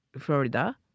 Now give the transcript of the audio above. Florida